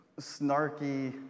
snarky